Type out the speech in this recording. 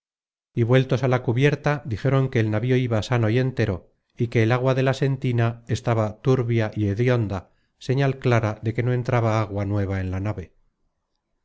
y vueltos á la cubierta dijeron que el navío iba sano y entero y que el agua de la sentina estaba turbia y hedionda señal clara de que no entraba agua nueva en la nave